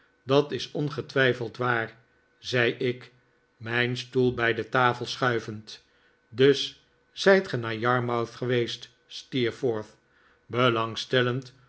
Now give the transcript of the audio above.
dat is ongetwijfeld waar zei ik mijn stoel bij de tafel schuivend dus zijt ge naar yarmouth geweest